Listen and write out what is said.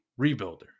rebuilder